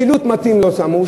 שילוט מתאים לא שמו,